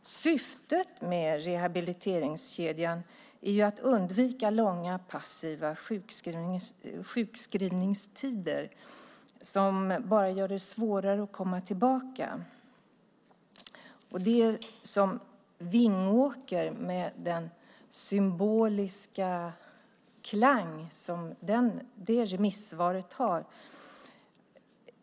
Syftet med rehabiliteringskedjan är att undvika långa passiva sjukskrivningstider som bara gör det svårare att komma tillbaka. Det är som Vingåker och den symboliska klang som det remissvaret har.